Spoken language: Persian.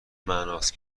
معناست